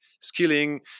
skilling